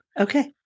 Okay